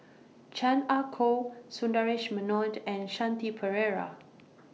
Chan Ah Kow Sundaresh Menon and Shanti Pereira